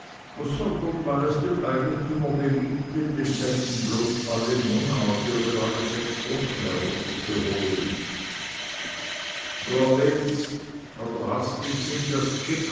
sondern weil es dem eigentümer beliebte denselben bloß alle monate oder alle sechs wochen herunterzuholen wo willst oder hast im sinn das gschickli